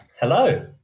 Hello